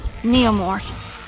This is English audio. Neomorphs